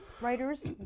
writers